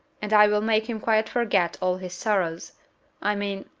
and i will make him quite forget all his sorrows i mean,